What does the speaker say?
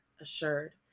assured